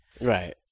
Right